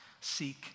seek